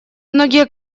многие